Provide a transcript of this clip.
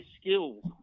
skills